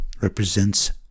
represents